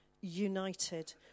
united